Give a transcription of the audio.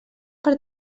per